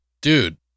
Dude